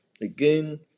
again